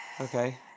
Okay